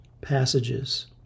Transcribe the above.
passages